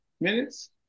minutes